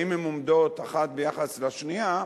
והאם הן עומדות אחת ביחס לשנייה,